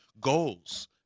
goals